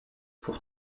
pour